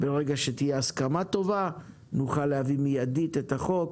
ברגע שתהיה הסכמה טובה, נוכל להביא מידית את החוק